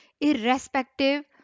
Irrespective